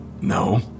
No